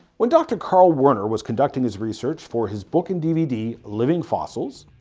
when dr. carl werner was conducting his research for his book and dvd living fossils,